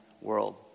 world